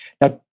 Now